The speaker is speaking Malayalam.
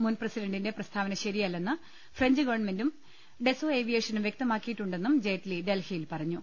മുൻപ്രസിഡന്റിന്റെ പ്രസ്ഥാവന ശരിയല്ലെന്ന് ഫ്രഞ്ച് ഗവൺമെന്റും ഡെസോ ഏവിയേഷനും വ്യക്തമാക്കിയി ട്ടുണ്ടെന്നും ജയ്റ്റ്ലി ഡൽഹിയിൽ പറഞ്ഞു